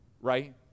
right